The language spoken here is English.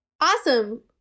Awesome